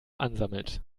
ansammelt